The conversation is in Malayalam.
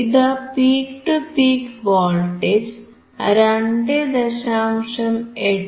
ഇതാ പീക് ടു പീക് വോൾട്ടേജ് 2